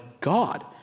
god